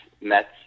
mets